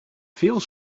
veel